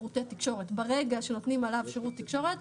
הסכמית עם ספק לשם קבלת שירותי בזק מאותו ספק.